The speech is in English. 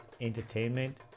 entertainment